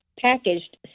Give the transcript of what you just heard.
packaged